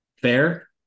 fair